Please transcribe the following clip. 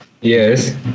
Yes